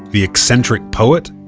the eccentric poet,